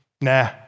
nah